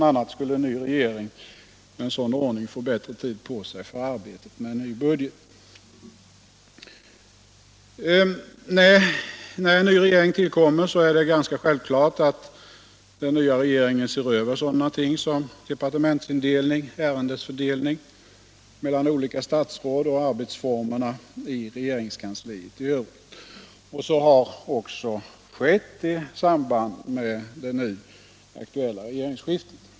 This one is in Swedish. a. skulle en ny regering med en sådan ordning få bättre tid på sig för arbetet med en ny budget. När en ny regering tillkommer är det ganska självklart att denna nya regering ser över sådana ting som departementsindelningen, ärendefördelningen mellan olika statsråd och arbetsformerna i regeringskansliet i övrigt. Så har också skett i samband med det nu aktuella regeringsskiftet.